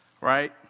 right